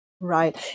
Right